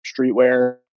streetwear